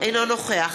אינו נוכח